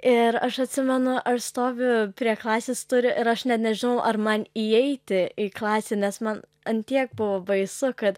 ir aš atsimenu aš stoviu prie klasės turių ir aš nežinau ar man įeiti į klasę nes man ant tiek buvo baisu kad